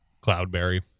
cloudberry